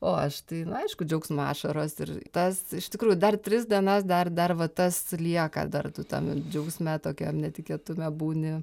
o aš tai nu aišku džiaugsmo ašaros ir tas iš tikrųjų dar tris dienas dar dar va tas lieka dar tu tam džiaugsme tokiam netikėtume būni